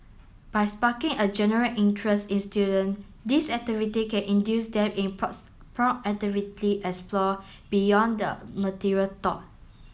by sparking a general interest in student these activity can induce them in proactively explore beyond the material taught